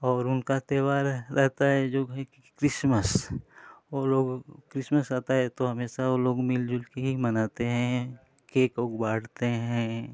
और उनका त्योहार आता है जो भी क्रिसमस वो लोग क्रिसमस आता है तो हमेशा वो मिल जुल के ही मनाते है केक उक बाँटते हैं